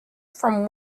from